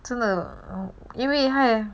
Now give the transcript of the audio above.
真的因为 high